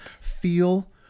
feel